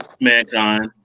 Mankind